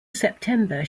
september